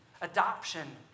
adoption